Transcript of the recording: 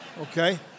Okay